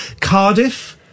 Cardiff